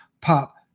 pop